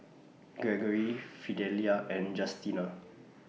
Gregory Fidelia and Justina